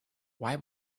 why